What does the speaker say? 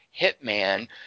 Hitman